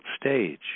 stage